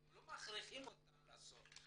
אתם לא מכריחים אותם לעשות.